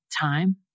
time